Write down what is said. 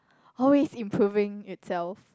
always improving itself